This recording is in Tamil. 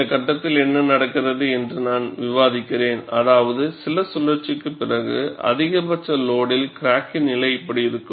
இந்த கட்டத்தில் என்ன நடக்கிறது என்று நான் விவாதிக்கிறேன் அதாவது சில சுழற்சிக்கு பிறகுஅதிக பட்ச லோடில் கிராக்கின் நிலை இப்படி இருக்கும்